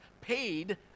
paid